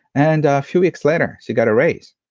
and a few weeks later she got a raise.